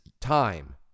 time